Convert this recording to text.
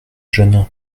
jeunes